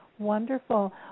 Wonderful